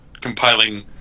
compiling